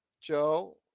Joe